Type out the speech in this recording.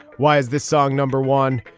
why is this song number one?